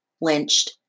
lynched